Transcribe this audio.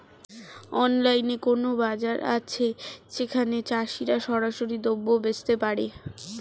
অনলাইনে কোনো বাজার আছে যেখানে চাষিরা সরাসরি দ্রব্য বেচতে পারে?